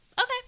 okay